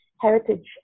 heritage